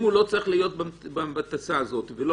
אם הוא לא צריך להיות בטיסה הזאת ולא